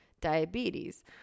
diabetes